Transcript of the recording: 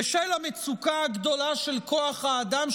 בשל המצוקה הגדולה של כוח האדם,